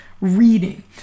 reading